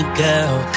girl